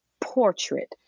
portrait